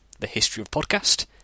thehistoryofpodcast